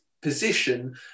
position